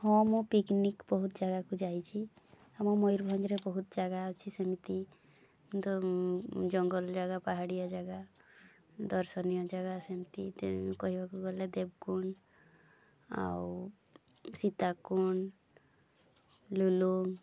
ହଁ ମୁଁ ପିକ୍ନିକ୍ ବହୁତ ଜାଗାକୁ ଯାଇଛି ଆମ ମୟୂରଭଞ୍ଜରେ ବହୁତ ଜାଗା ଅଛି ସେମିତି ଜଙ୍ଗଲ ଜାଗା ପାହାଡ଼ିଆ ଜାଗା ଦର୍ଶନୀୟ ଜାଗା ସେମିତି କହିବାକୁ ଗଲେ ଦେବକୁଣ୍ଡ ଆଉ ସୀତାକୁଣ୍ଡ ଲୁଲୁମ୍